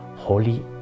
Holy